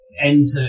enter